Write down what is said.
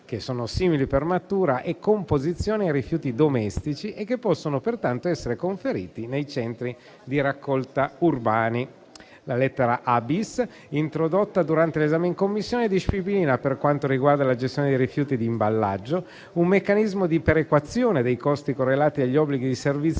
che sono simili per natura e composizione ai rifiuti domestici e che possono pertanto essere conferiti nei centri di raccolta urbani. La lettera *a-bis)*, introdotta durante l'esame in Commissione, disciplina, per quanto riguarda la gestione dei rifiuti di imballaggio, un meccanismo di perequazione dei costi correlati agli obblighi di servizio